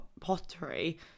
pottery